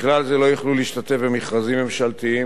בכלל זה לא יוכלו להשתתף במכרזים ממשלתיים,